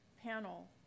panel